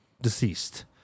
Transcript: deceased